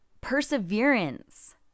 perseverance